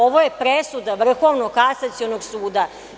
Ovo je presuda Vrhovnog kasacionog suda.